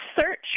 search